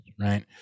right